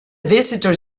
visitor